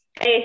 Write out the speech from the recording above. Hey